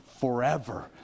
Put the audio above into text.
forever